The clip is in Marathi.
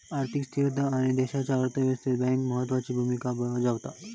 आर्थिक स्थिरता आणि देशाच्या अर्थ व्यवस्थेत बँका महत्त्वाची भूमिका बजावतत